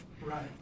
Right